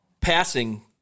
passing